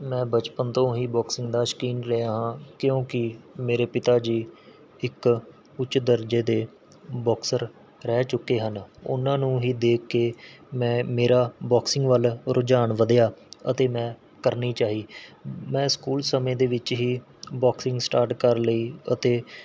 ਮੈਂ ਬਚਪਨ ਤੋਂ ਹੀ ਬੋਕਸਿੰਗ ਦਾ ਸ਼ੌਕੀਨ ਰਿਹਾ ਹਾਂ ਕਿਉਂਕਿ ਮੇਰੇ ਪਿਤਾ ਜੀ ਇੱਕ ਉੱਚ ਦਰਜੇ ਦੇ ਬੋਕਸਰ ਰਹਿ ਚੁੱਕੇ ਹਨ ਉਹਨਾਂ ਨੂੰ ਹੀ ਦੇਖ ਕੇ ਮੈਂ ਮੇਰਾ ਬੋਕਸਿੰਗ ਵੱਲ ਰੁਝਾਨ ਵਧਿਆ ਅਤੇ ਮੈਂ ਕਰਨੀ ਚਾਹੀ ਮੈਂ ਸਕੂਲ ਸਮੇਂ ਦੇ ਵਿੱਚ ਹੀ ਬੋਕਸਿੰਗ ਸਟਾਰਟ ਕਰ ਲਈ ਅਤੇ